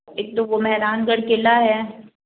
एक तो वो मेहरानगढ़ किला है